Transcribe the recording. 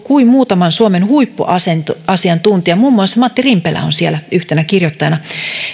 kuin muutaman suomen huippuasiantuntijan muun muassa matti rimpelä on siellä yhtenä kirjoittajana